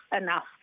enough